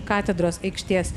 katedros aikštės